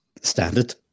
Standard